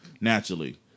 naturally